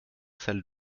salle